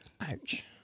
Ouch